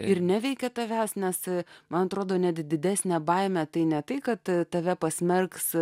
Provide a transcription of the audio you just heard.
ir neveikia tavęs nes man atrodo net didesnę baimę tai ne tai kad tave pasmerks